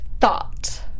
thought